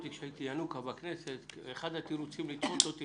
אחד התירוצים לדחות אותי